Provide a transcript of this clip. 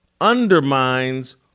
undermines